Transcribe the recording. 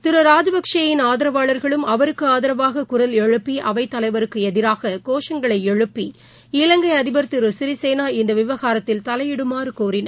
திருராஜபக்கே யின் ஆதரவாளர்களும் அவருக்குஆதரவாககுரல் எழுப்பி அவைத்தலைவருக்குஎதிராககோஷங்களைஎழுப்பி இலங்கைஅதிபர் திருசிறிசேனா இந்தவிவகாரத்தில் தலையிடுமாறுகோரினர்